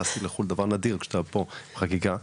תסטי לחול, דבר נדיר שאתה פה, חגיגה ובהודעה,